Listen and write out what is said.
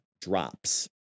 drops